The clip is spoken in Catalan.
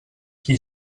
qui